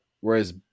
whereas